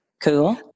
Cool